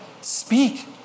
speak